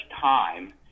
time